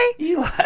Eli